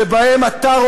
שבהם אתה,